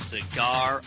Cigar